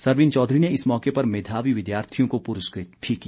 सरवीण चौधरी ने इस मौके पर मेधावी विद्यार्थियों को पुरस्कृत भी किया